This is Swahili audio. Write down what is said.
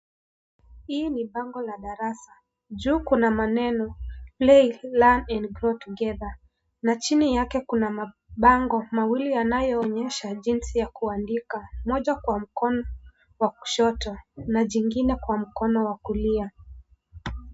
Hii ni bango la darasa. Juu kuna maneno "" Play, Learn and grow together " na chini yake kuna mabango mawili yanayoonyesha jinsi ya kuandika moja kwa mkono wa kushoto na jingine kwa mkono wa kulia.